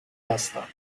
هستم